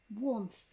Warmth